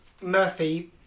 Murphy